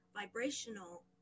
vibrational